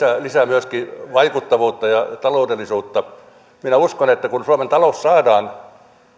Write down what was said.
myöskin lisää vaikuttavuutta ja taloudellisuutta minä uskon että kun suomen talous saadaan